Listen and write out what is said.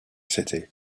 city